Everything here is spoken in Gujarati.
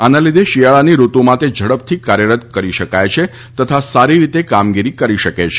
આના લીધે શિયાળાની ઋતુમાં તે ઝડપથી કાર્યરત કરી શકાય છે તથા સારી રીતે કામગીરી કરી શકે છે